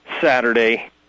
Saturday